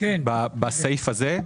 בסעיף הזה?